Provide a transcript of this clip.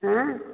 ହଁ